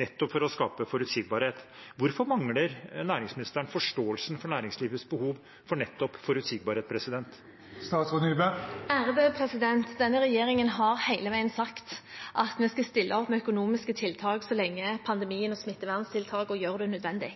nettopp for å skape forutsigbarhet. Hvorfor mangler næringsministeren forståelse for næringslivets behov for nettopp forutsigbarhet? Denne regjeringen har hele veien sagt at vi skal stille opp med økonomiske tiltak så lenge pandemien og smitteverntiltakene gjør det nødvendig.